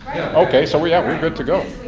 okay. so we're yeah we're good to go.